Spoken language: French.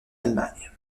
allemagne